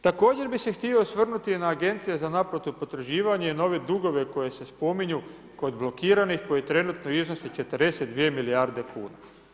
Također bih se htio osvrnuti na agencije za naplatu potraživanja i nove dugove koji se spominju kod blokiranih koji trenutno iznose 42 milijarde kuna.